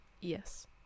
yes